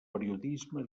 periodisme